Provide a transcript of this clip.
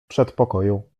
przedpokoju